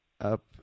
up